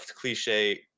cliche